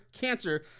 Cancer